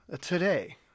today